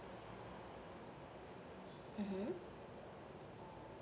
(uh huh)